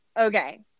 Okay